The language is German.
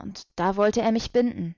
und da wollte er mich binden